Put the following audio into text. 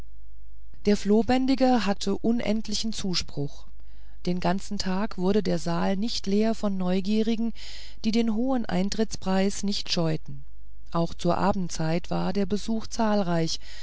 der flohbändiger hatte unendlichen zuspruch den ganzen tag wurde der saal nicht leer von neugierigen die den hohen eintrittspreis nicht scheuten auch zur abendzeit war der besuch zahlreich